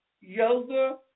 yoga